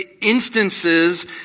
instances